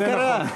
מה קרה?